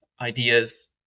ideas